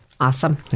Awesome